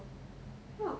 !wah!